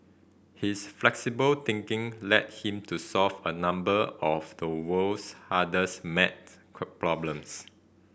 his flexible thinking led him to solve a number of the world's hardest maths problems